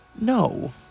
No